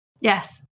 Yes